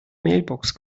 mailbox